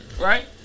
Right